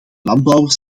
landbouwers